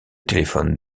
téléphone